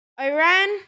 Iran